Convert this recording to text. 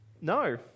No